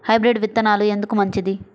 Hybrid విత్తనాలు ఎందుకు మంచిది?